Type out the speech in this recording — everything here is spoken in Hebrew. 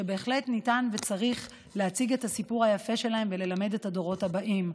שבהחלט ניתן וצריך להציג את הסיפור היפה שלהם וללמד את הדורות הבאים.